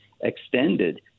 extended